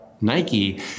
Nike